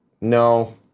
No